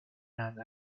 non